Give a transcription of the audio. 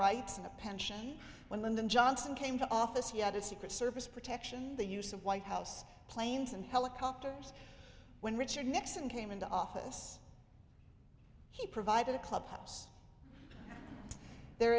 rights and a pension when lyndon johnson came to office he had a secret service protection the use of white house planes and helicopters when richard nixon came into office he provided a clubhouse there